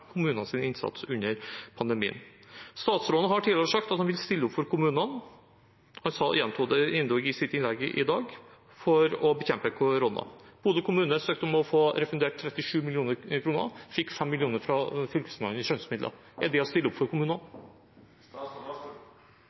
innsats under pandemien. Statsråden har tidligere sagt at han vil stille opp for kommunene, han gjentok det endog i sitt innlegg i dag, for å bekjempe koronaen. Bodø kommune søkte om å få refundert 37 mill. kr og fikk 5 mill. kr fra fylkesmannen i skjønnsmidler. Er det å stille opp for kommunene?